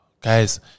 guys